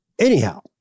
anyhow